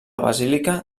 basílica